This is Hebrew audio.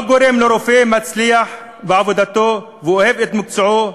מה גורם לרופא המצליח בעבודתו ואוהב את מקצועו,